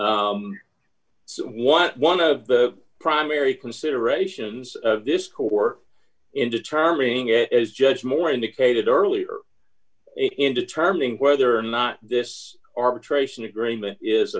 what one of the primary considerations of this court in determining it is judge moore indicated earlier in determining whether or not this arbitration agreement is